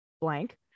blank